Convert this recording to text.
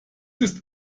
ist